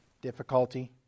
difficulty